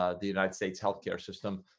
ah the united states healthcare system,